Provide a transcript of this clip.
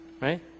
right